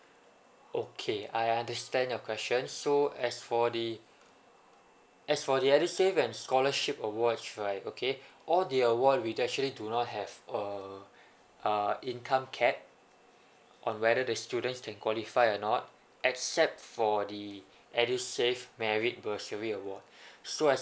okay I understand your question so as for the as for the edusave and scholarship awards right okay all the award we actually do not have err uh income cat on whether the students can qualify or not except for the edusave merit bursary award so as